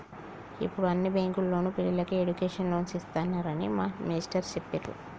యిప్పుడు అన్ని బ్యేంకుల్లోనూ పిల్లలకి ఎడ్డుకేషన్ లోన్లు ఇత్తన్నారని మా మేష్టారు జెప్పిర్రు